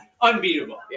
unbeatable